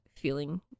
feeling